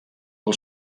del